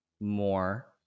more